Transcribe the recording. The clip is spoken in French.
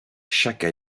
chaque